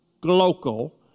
global